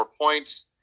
points